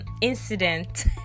incident